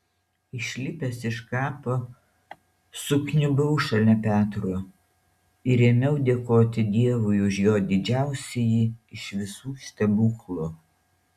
išlipęs iš kapo sukniubau šalia petro ir ėmiau dėkoti dievui už jo didžiausiąjį iš visų stebuklų